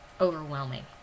overwhelming